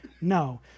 no